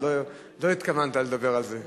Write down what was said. לא התכוונת לדבר על זה.